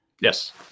Yes